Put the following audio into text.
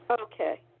Okay